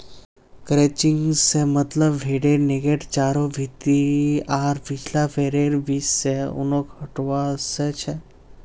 crutching से मतलब भेडेर नेंगड चारों भीति आर पिछला पैरैर बीच से ऊनक हटवा से छ